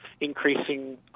increasing